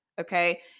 Okay